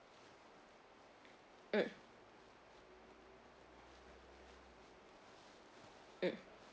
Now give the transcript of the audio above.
mm mm